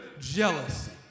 jealousy